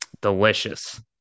delicious